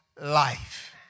life